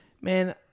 man